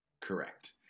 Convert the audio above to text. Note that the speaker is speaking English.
Correct